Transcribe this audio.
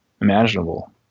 imaginable